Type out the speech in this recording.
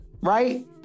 right